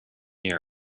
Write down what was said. year